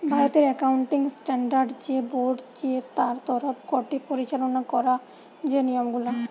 ভারতের accounting standard যে board চে তার তরফ গটে পরিচালনা করা যে নিয়ম গুলা